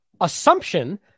assumption